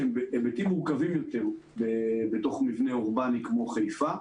שהם היבטים מורכבים יותר בתוך מבנה אורבני בעיר כמו חיפה,